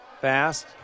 Fast